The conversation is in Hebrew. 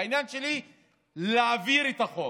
העניין שלי הוא להעביר את החוק.